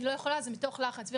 אני לא יכולה, זה מתוך לחץ.